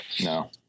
No